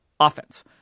Offense